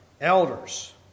elders